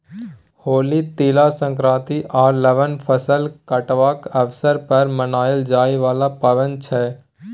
होली, तिला संक्रांति आ लबान फसल कटबाक अबसर पर मनाएल जाइ बला पाबैन छै